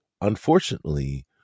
unfortunately